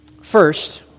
First